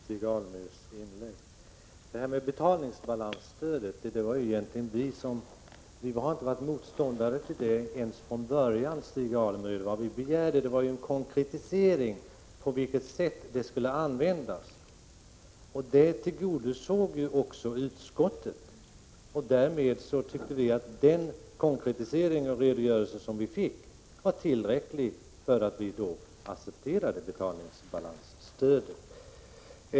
Herr talman! Bara några kommentarer till Stig Alemyrs inlägg. Vad gäller betalningsbalansstödet vill jag säga till Stig Alemyr att vi inte ens från början har varit motståndare till detta. Vad vi begärde var en konkretisering av på vilket sätt det skulle användas. Denna begäran tillgodosågs också av utskottet, och vi tyckte att den redogörelse som vi fick var tillräcklig för att vi skulle kunna acceptera betalningsbalansstödet.